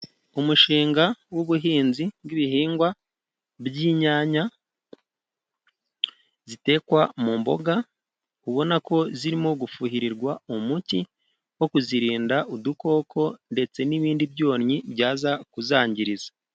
Umushinga w'ubuhinzi bw'ibihingwa by'inyanya zitekwa mu mboga, ubona ko zirimo gufuhirirwa umuti wo kuzirinda udukoko ndetse n'ibindi byonnyi byaza kuzangiza.